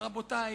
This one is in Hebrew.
רבותי,